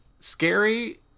scary